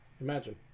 imagine